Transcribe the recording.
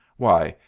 why,